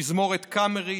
תזמורת קאמרית,